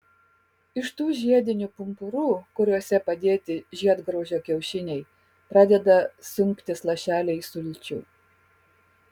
iš tų žiedinių pumpurų kuriuose padėti žiedgraužio kiaušiniai pradeda sunktis lašeliai sulčių